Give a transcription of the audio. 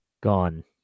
Gone